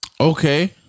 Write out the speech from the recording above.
Okay